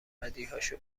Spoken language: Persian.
بدیهاشو